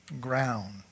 ground